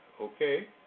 okay